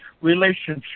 relationship